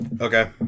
Okay